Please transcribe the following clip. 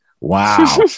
Wow